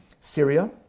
Syria